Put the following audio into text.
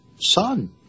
son